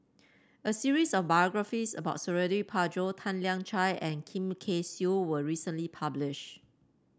a series of biographies about Suradi Parjo Tan Lian Chye and Kim Kay Siu was recently publish